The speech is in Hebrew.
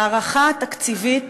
ההערכה התקציבית